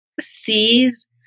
sees